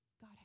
God